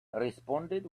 responded